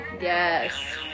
Yes